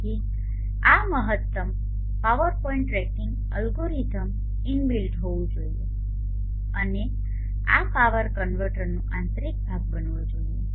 તેથી આ મહત્તમ power point tracking algorithms inbuilt હોવું જોઈએ અને આ પાવર કન્વર્ટરનો આંતરિક ભાગ બનવો જોઈએ